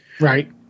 right